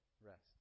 rest